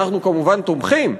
אנחנו כמובן תומכים.